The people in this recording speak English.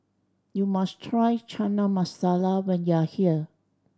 you must try Chana Masala when you are here